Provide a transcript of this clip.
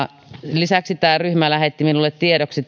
lisäksi tämä ryhmä lähetti minulle tiedoksi